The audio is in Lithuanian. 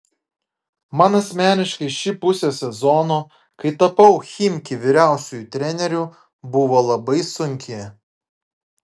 man asmeniškai ši pusė sezono kai tapau chimki vyriausiuoju treneriu buvo labai sunki